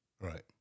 Right